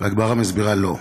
והגמרא מסבירה: לא,